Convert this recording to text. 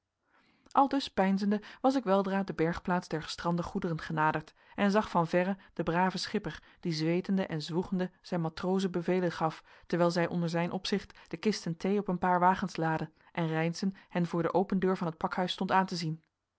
aldus peinzende was ik weldra de bergplaats der gestrande goederen genaderd en zag van verre den braven schipper die zweetende en zwoegende zijn matrozen bevelen gaf terwijl zij onder zijn opzicht de kisten thee op een paar wagens laadden en reynszen hen voor de open deur van het pakhuis stond aan te zien